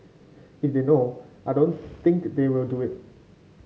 if they know I don't think they will do it